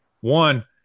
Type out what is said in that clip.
One